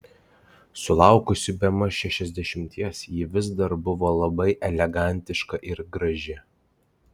sulaukusi bemaž šešiasdešimties ji vis dar buvo labai elegantiška ir graži